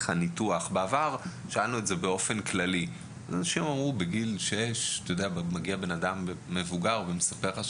בעבר שאלנו באופן כללי אם היה לבן אדם ניתוח.